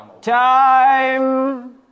Time